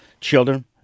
children